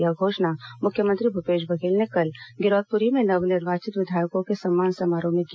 यह घोषणा मुख्यमंत्री भूपेश बघेल ने कल गिरौदपुरी में नवनिर्वाचित विधायकों के सम्मान समारोह में की